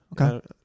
Okay